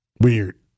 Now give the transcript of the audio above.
Weird